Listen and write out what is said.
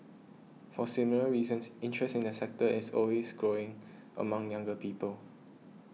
for similar reasons interest in the sector is always growing among younger people